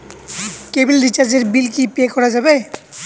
কেবিলের রিচার্জের বিল কি পে করা যাবে?